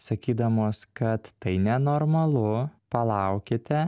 sakydamos kad tai nenormalu palaukite